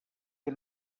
que